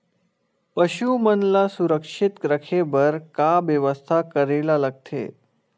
पशु मन ल सुरक्षित रखे बर का बेवस्था करेला लगथे?